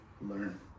learn